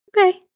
Okay